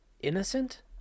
innocent